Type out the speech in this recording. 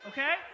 Okay